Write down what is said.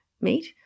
meet